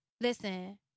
Listen